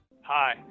Hi